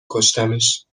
کشتمش